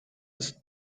ist